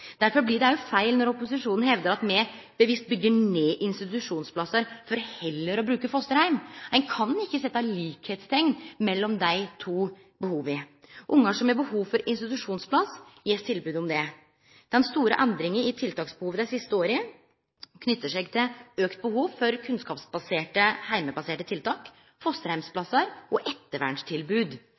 Derfor blir det òg feil når opposisjonen hevdar at me bevisst byggjer ned institusjonsplassar for heller å bruke fosterheimar. Ein kan ikkje setje likskapsteikn mellom dei to behova. Barn som har behov for institusjonsplass, får tilbod om det. Den store endringa i tiltaksbehovet dei siste åra knyter seg til auka behov for kunnskapsbaserte, heimebaserte tiltak, fosterheimsplassar og ettervernstilbod.